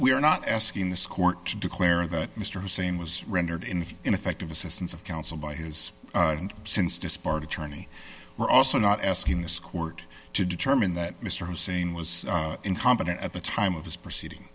we are not asking this court to declare that mr hussein was rendered in ineffective assistance of counsel by his and since disbarred attorney were also not asking this court to determine that mr hussein was incompetent at the time of his proceeding